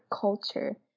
culture